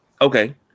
Okay